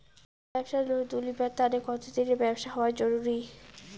ব্যাবসার লোন তুলিবার তানে কতদিনের ব্যবসা হওয়া জরুরি?